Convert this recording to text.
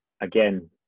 again